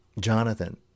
Jonathan